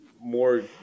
more